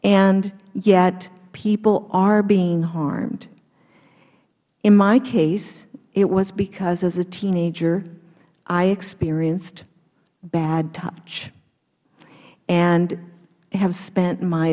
and yet people are being harmed in my case it was because as a teenager i experienced bad touch and have spent my